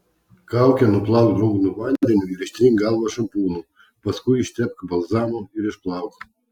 kaukę nuplauk drungnu vandeniu ir ištrink galvą šampūnu paskui ištepk balzamu ir išplauk